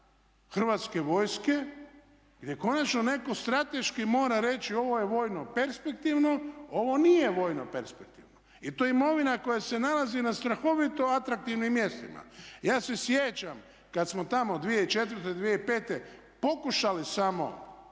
Hrvatske vojske gdje konačno netko strateški mora reći ovo je vojno perspektivno, ovo nije vojno perspektivno i to je imovina koja se nalazi na strahovito atraktivnim mjestima. Ja se sjećam kad smo tamo 2004., 2005.pokušali samo